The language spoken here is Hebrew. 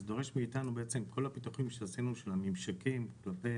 זה דורש מאתנו בעצם שכל הפיתוחים שעשינו של הממשקים כלפי